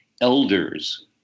elders